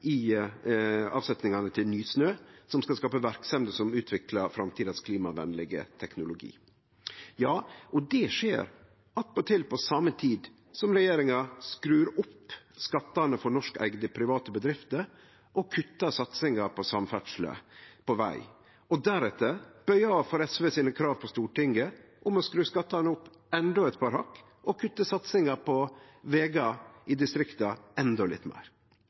i avsetningane til Nysnø, som skal skape verksemder som utviklar klimavenleg teknologi for framtida. Det skjer attpåtil på same tid som regjeringa skrur opp skattane for norskeigde private bedrifter, kuttar satsinga på samferdsle på veg og deretter bøyer av for SVs krav på Stortinget om å skru skattane opp endå eit par hakk og kutte satsinga på vegar i distrikta endå litt meir.